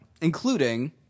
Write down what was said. Including